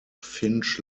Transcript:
finch